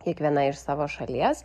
kiekviena iš savo šalies